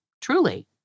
Truly